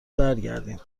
برگردیم